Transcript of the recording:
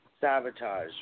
Sabotage